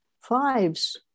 fives